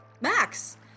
Max